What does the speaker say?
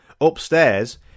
upstairs